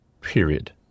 period